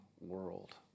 world